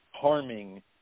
harming